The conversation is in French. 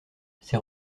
c’est